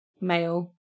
male